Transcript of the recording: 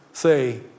Say